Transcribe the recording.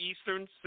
Eastern